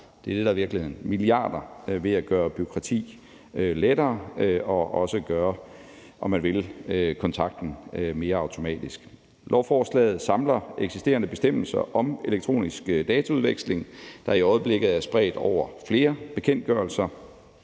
det er det, der er virkeligheden – ved at gøre bureaukrati lettere og også, om man vil, gøre kontakten mere automatisk. Lovforslaget samler eksisterende bestemmelser om elektronisk dataudveksling, der i øjeblikket er spredt over flere bekendtgørelser.